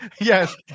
yes